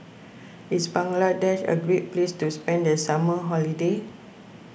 is Bangladesh a great place to spend the summer holiday